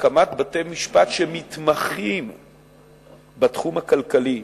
הקמת בתי-משפט שמתמחים בתחום הכלכלי.